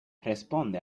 responde